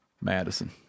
Madison